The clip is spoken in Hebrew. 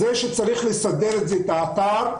זה שצריך לסדר את האתר,